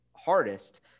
hardest